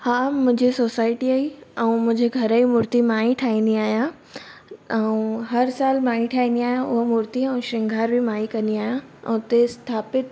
हा मुंहिंजे सोसाइटीअ जी ऐं मुंहिंजे घर जी मूर्ती मां ई ठाहींदी आहियां ऐं हर साल मां ई ठाहींदी आहियां उहा मूर्ती ऐं शिंगार बि मां ई कंदी आहियां ऐं हुते स्थापित